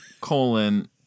colon